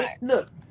look